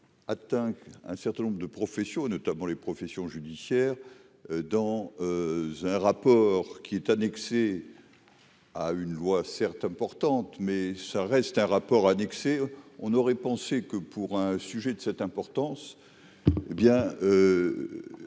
atteint un certain nombre de professions, notamment les professions judiciaires dans un rapport qui est annexée à une loi, certes importante, mais ça reste un rapport annexé, on aurait pensé que pour un sujet de cette importance bien,